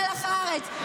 מלח הארץ.